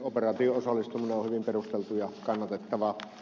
operaatioon osallistuminen on hyvin perusteltu ja kannatettava